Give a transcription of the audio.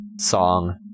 song